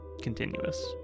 continuous